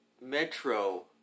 Metro